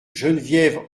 geneviève